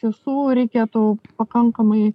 tiesų reikėtų pakankamai